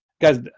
guys